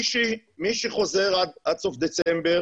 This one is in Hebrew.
מי שחוזר עד סוף דצמבר